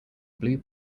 blue